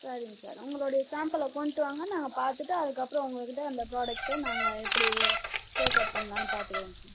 சரிங்க சார் உங்களுடைய சாம்பிளை கொண்டுட்டு வாங்க நாங்கள் பார்த்துட்டு அதுக்கப்புறம் உங்கள் கிட்டே அந்த ப்ராடக்ட்டை நாங்கள் எப்படி டேக் அப் பண்ணலான்னு பார்த்துக்குறோம் சார்